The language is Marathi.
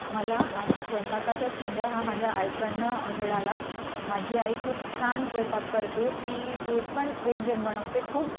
मला स्वयंपाकाचा छंद हा माझा आईकडनं मिळाला माझी आई खूप छान स्वयंपाक करते ती जे पण व्यंजन बनवते खूप